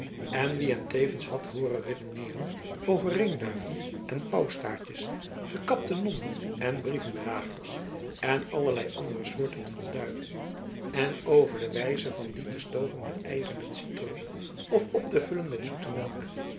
en wie hem tevens had hooren redeneeren over ringduiven en pauwstaartjes gekapte nonnen en brievendragers en allerlei andere soorten van duiven en over de wijze van die te stoven met eieren en citroen of op te vullen met zoete melk